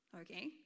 Okay